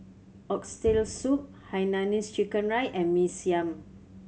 Oxtail Soup hainanese chicken rice and Mee Siam